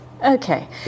Okay